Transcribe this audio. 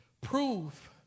prove